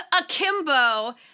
akimbo